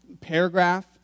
paragraph